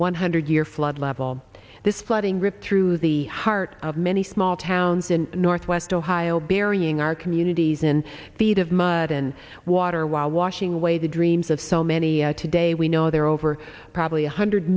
one hundred year flood level this flooding ripped through the heart of many small towns in northwest ohio burying our communities in feet of mud and water while washing away the dreams of so many today we know there are over probably a hundred